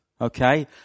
Okay